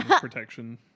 protection